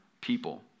people